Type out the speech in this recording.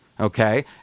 okay